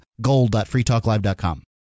gold.freetalklive.com